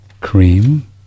cream